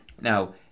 Now